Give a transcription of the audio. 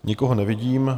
Nikoho nevidím.